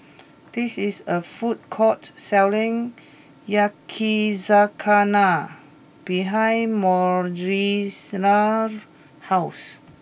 this is a food court selling Yakizakana behind Moira Sena's house